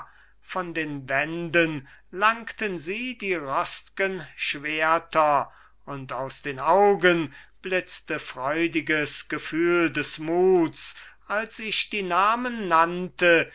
von den wänden langten sie die rost'gen schwerter und aus den augen blitzte freudiges gefühl des muts als ich die namen nannte